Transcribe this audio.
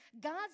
God's